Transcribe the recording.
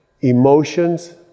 emotions